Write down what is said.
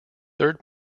third